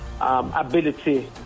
ability